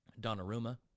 Donnarumma